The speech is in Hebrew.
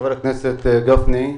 חבר הכנסת גפני.